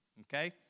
Okay